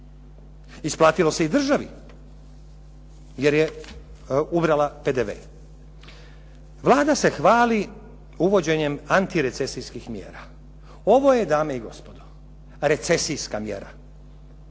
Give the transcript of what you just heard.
Isplatilo se i državi, jer je ubrala PDV. Vlada se hvali uvođenjem antirecesijskih mjera. Ovo je dame i gospodo recesijska mjera.